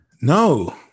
No